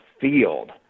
field